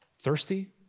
Thirsty